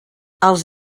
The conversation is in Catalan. als